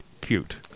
cute